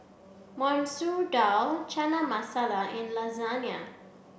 Masoor Dal Chana Masala and Lasagne